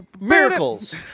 Miracles